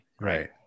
right